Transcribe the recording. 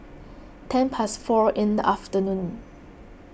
ten past four in the afternoon